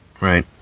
right